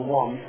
one